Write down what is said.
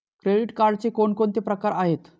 Credit कार्डचे कोणकोणते प्रकार आहेत?